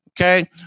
Okay